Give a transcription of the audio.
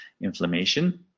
inflammation